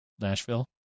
Nashville